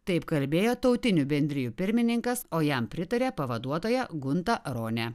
taip kalbėjo tautinių bendrijų pirmininkas o jam pritarė pavaduotoja gunta rone